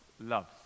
loves